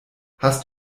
hast